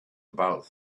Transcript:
about